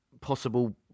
possible